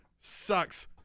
Sucks